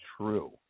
true